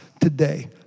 today